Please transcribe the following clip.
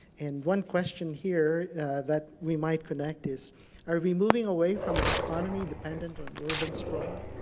and one question here that we might connect is are we moving away from an economy dependant on urban sprawl?